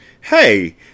Hey